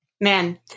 Man